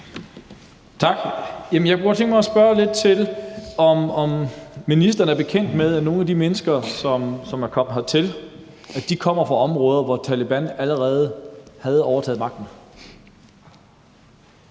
godt tænke mig at spørge lidt til, om ministeren er bekendt med, at nogle af de mennesker, som er kommet hertil, kommer fra områder, hvor Taleban allerede havde overtaget magten.